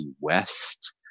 West